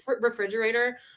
refrigerator